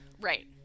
right